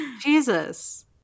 Jesus